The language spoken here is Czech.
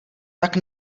tak